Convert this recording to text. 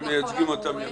הם מייצגים אותם יפה.